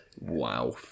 Wow